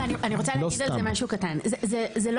אני רוצה להגיד על זה משהו קטן: זה לא